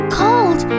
cold